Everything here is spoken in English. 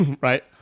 right